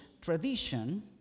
tradition